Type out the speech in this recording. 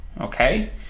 okay